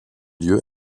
lieu